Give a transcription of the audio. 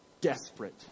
desperate